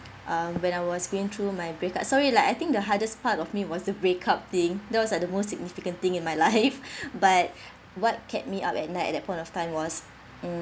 uh when I was going through my breakup sorry like I think the hardest part of me was the breakup thing those are the most significant thing in my life but what kept me up at night at that point of time was